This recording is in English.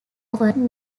offered